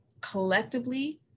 collectively